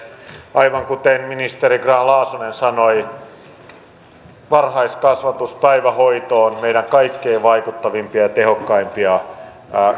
aivan kuten ministeri grahn laasonen sanoi varhaiskasvatus päivähoito on meidän kaikkein vaikuttavimpia ja tehokkaimpia koulutuksen muotoja